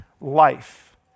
life